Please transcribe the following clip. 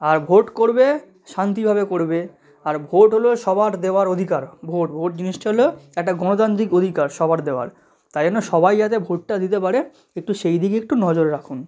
আর vote করবে শান্তিভাবে করবে আর ভোট হলো সবার দেওয়ার অধিকার ভোট ভোট জিনিসটা হলো একটা গণতান্ত্রিক অধিকার সবার দেওয়ার তাই জন্য সবাই যাতে ভোটটা দিতে পারে একটু সেই দিকে একটু নজর রাখুন